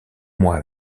mois